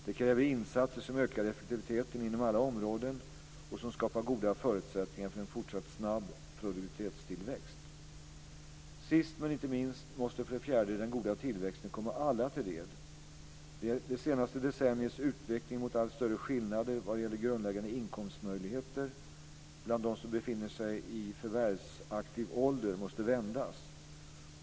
Det kräver insatser som ökar effektiviteten inom alla områden och som skapar goda förutsättningar för en fortsatt snabb produktivitetstillväxt. Sist men inte minst måste för det fjärde den goda tillväxten komma alla till del. Det senaste decenniets utveckling mot allt större skillnader vad gäller grundläggande inkomstmöjligheter bland dem som befinner sig i förvärvsaktiv ålder måste vändas.